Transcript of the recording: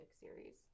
series